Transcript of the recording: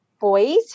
boys